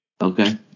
Okay